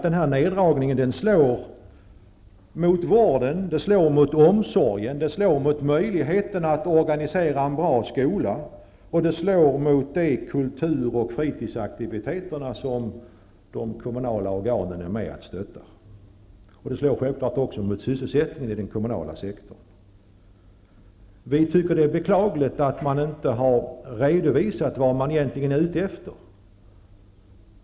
Denna neddragning kommer att slå mot målen, mot omsorgen, mot möjligheterna att organisera en bra skola och mot de kultur och fritidsaktiviteter som de kommunala organen är med att stödja. Därutöver slår denna neddragning självfallet också mot sysselsättningen i den kommunala sektorn. Vi tycker att det är beklagligt att man inte har redoisat vad man egentligen är ute efter.